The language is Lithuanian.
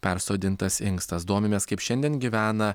persodintas inkstas domimės kaip šiandien gyvena